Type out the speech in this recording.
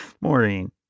Maureen